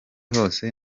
hose